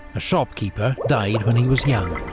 a shopkeeper, died when he was young,